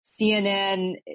CNN